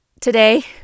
today